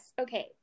okay